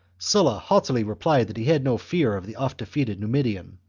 sulla haughtily replied that he had no fear of the oft defeated numidian,